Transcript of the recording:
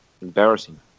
Embarrassing